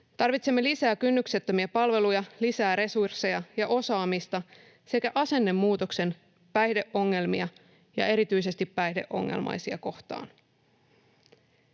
Tarvitsemme lisää kynnyksettömiä palveluja, lisää resursseja ja osaamista sekä asennemuutoksen päihdeongelmia ja erityisesti päihdeongelmaisia kohtaan.